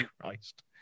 Christ